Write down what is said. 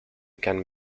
can